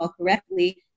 correctly